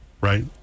right